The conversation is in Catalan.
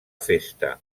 festa